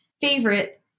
Favorite